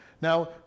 Now